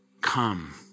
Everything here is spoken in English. come